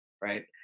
right